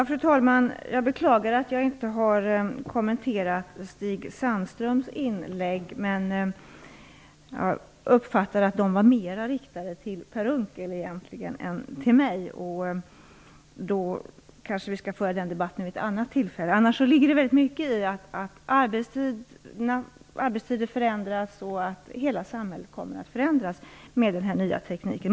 Fru talman! Jag beklagar att jag inte har kommenterat Stig Sandströms inlägg, men jag uppfattade att de egentligen mer var riktade till Per Unckel än till mig, och vi kanske skall föra den debatten vid ett annat tillfälle. Det ligger väldigt mycket i att arbetstider förändras och att hela samhället kommer att förändras med den här nya tekniken.